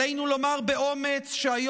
עלינו לומר באומץ שבמקביל ללחימה העיקשת בטרור,